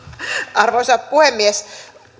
arvoisa puhemies